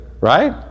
right